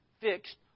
fixed